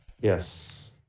yes